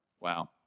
Wow